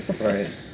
right